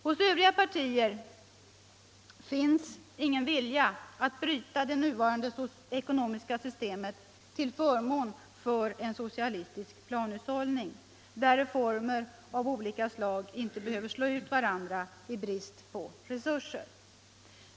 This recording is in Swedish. Hos övriga partier finns ingen vilja att bryta det nuvarande ekonomiska systemet till förmån för en socialistisk planhushållning, där reformer av olika slag inte behöver slå ut varandra i brist på resurser.